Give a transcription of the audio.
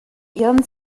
ihren